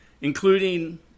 including